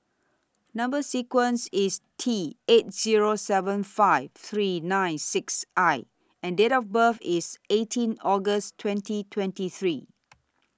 Number sequence IS T eight Zero seven five three nine six I and Date of birth IS eighteen August twenty twenty three